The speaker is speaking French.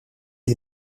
les